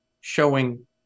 showing